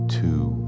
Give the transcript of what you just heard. two